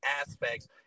aspects